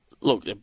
look